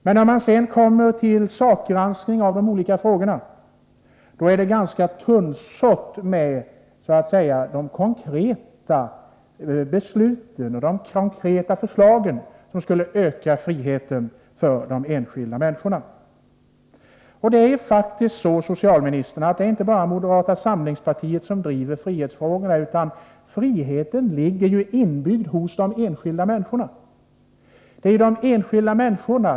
Men när man gör en sakgranskning av de olika frågorna finner man att det är ganska tunnsått med konkreta förslag och beslut som skulle öka friheten för de enskilda människorna. Det är faktiskt så, socialministern, att det inte bara är moderata samlingspartiet som driver frihetsfrågorna, utan frihetskravet är inbyggt hos de enskilda människorna.